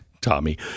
Tommy